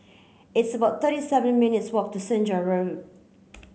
it's about thirty seven minutes walk to Senja Road